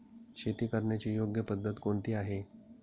शेती करण्याची योग्य पद्धत कोणती आहे?